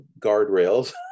guardrails